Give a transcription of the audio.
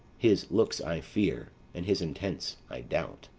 his looks i fear, and his intents i doubt.